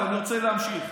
אבל אני רוצה להמשיך.